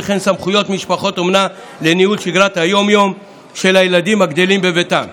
וכן סמכויות משפחות אומנה לניהול שגרת היום-יום של הילדים הגדלים בביתם.